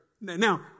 Now